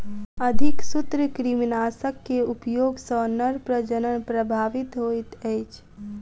अधिक सूत्रकृमिनाशक के उपयोग सॅ नर प्रजनन प्रभावित होइत अछि